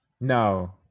No